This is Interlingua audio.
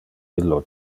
illo